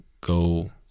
go